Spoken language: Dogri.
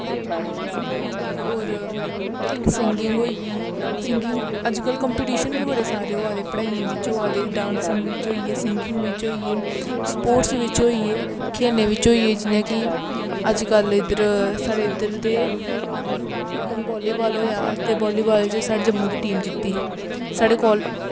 डांसिंग होई जंदी होर सिंगिंग होई गेई सिगिंग अज्ज कल कंपिटिशन बी बड़े सारे होआ दे पढ़ाइयें बिच्च होऐ दे डांसिंग बिच्च होई गे सिंगिंग बिच्च होई गे स्पोर्टस बिच्च होई गे खेलें बिच्च होई गे जियां कि अज्ज कल इद्धर साढ़े इद्धर दे हून बाल्ली बॉल होएआ ते बाल्ली बॉल च साढ़ी जम्मू दी टीम जित्ती साढ़े कोल